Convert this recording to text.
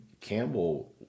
Campbell